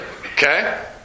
Okay